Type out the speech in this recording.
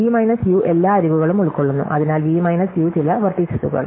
V minus U എല്ലാ അരികുകളും ഉൾക്കൊള്ളുന്നു അതിനാൽ വി മൈനസ് യു ചില വെർടീസസുകൾ